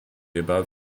above